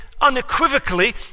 unequivocally